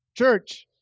Church